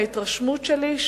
מההתרשמות שלי,